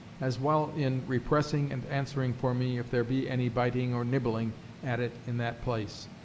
as well in repressing and answering for me, if there be any biting or nibbling at it in that place,